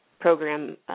program